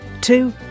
two